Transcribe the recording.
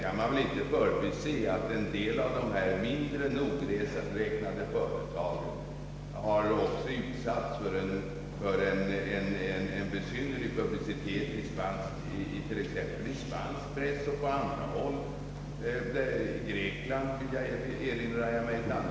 Man kan väl inte förbise att några av de mindre nogräknade företagen har utsatts för en besynnerlig publicitet, t.ex. i spansk press och även i Grekland, erinrar jag mig.